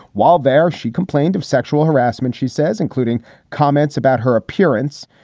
while there, she complained of sexual harassment, she says, including comments about her appearance.